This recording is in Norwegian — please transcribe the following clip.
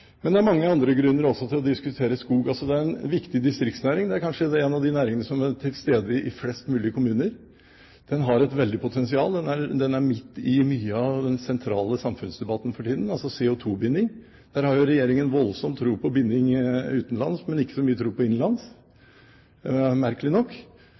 Det er også mange andre grunner til å diskutere skog. Det er en viktig distriktsnæring. Det er kanskje en av de næringene som er til stede i flest kommuner. Den har et veldig potensial. Den er for tiden midt i mye av den sentrale samfunnsdebatten – altså om CO2-binding. Der har regjeringen voldsom tro på binding utenlands, men ikke så mye tro på innenlands binding – merkelig nok.